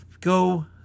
go